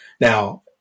now